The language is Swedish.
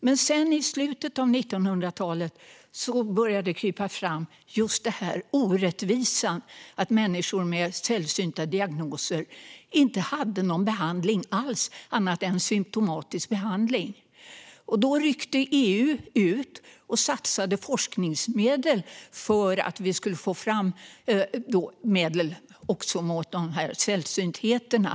Men i slutet av 1900-talet började den här orättvisan krypa fram. Människor med sällsynta diagnoser hade inte någon behandling alls annat än symtomatisk behandling. Då ryckte EU ut och satsade forskningsmedel för att vi skulle få fram medel också mot sällsyntheterna.